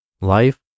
Life